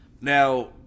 Now